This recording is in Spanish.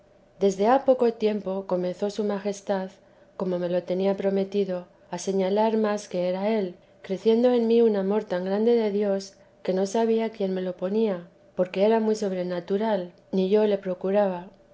desde ha poco tiempo comenzó su majestad como me lo tenía prometido a señalar más que era él creciendo en mí un amor tan grande de dios que no sabía quién me le ponía porque era muy sobrenatural ni yo le procuraba